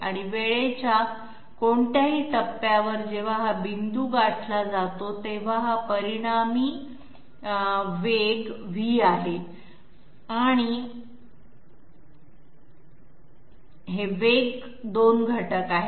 आणि वेळेच्या कोणत्याही टप्प्यावर जेव्हा हा बिंदू गाठला जातो तेव्हा हा परिणामी वेग V आहे आणि हे 2 वेग घटक आहेत